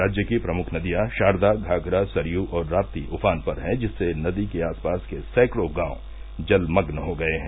राज्य की प्रमुख नदियां शारदा घाघरा सरयू और राप्ती उफान पर है जिससे नदी के आसपास के सैकड़ों गांव जलमग्न हो गये हैं